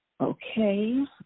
Okay